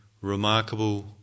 remarkable